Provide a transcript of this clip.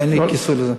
כי אין לי כיסוי לזה.